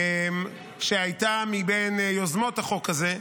שהייתה מבין יוזמות החוק הזה,